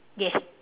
yes